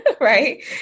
right